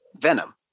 Venom